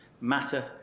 matter